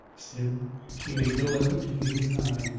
still she made no effort to meet his eye.